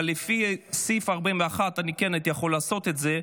אבל לפי סעיף 41 אני כן הייתי יכול לעשות את זה,